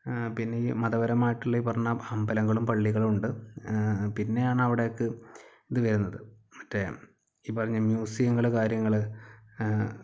പിന്നെ ഈ മതപരമായിട്ടുള്ള ഈ പറഞ്ഞ അമ്പലങ്ങളും പള്ളികളുണ്ട് പിന്നെയാണ് അവിടേക്ക് ഇത് വരുന്നത് മറ്റേ ഈ പറഞ്ഞ മ്യൂസിയങ്ങള് കാര്യങ്ങള്